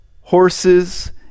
horses